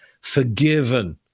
forgiven